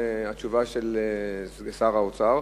בתשובה של שר האוצר,